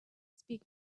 speak